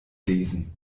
lesen